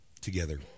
together